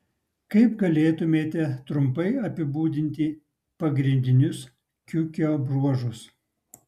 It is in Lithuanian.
kaip galėtumėte trumpai apibūdinti pagrindinius kiukio bruožus